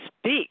speak